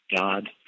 God